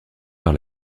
par